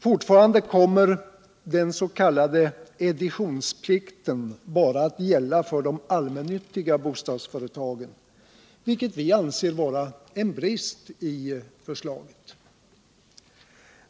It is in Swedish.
Fortfarande kommer den s.k. editionsplikten att gälla bara för de allmännyttiga bostadsföretagen, vilket vi anser vara en brist i förslaget.